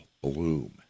bloom